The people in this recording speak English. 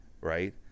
right